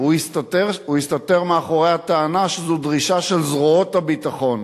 הוא הסתתר מאחורי הטענה שזו דרישה של זרועות הביטחון.